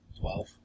Twelve